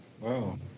Wow